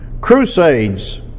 Crusades